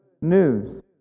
news